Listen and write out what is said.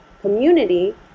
community